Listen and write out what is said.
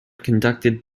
conducted